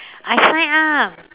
I signed up